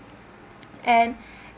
and